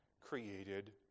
created